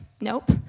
nope